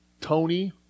Tony